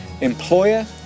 employer